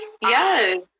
Yes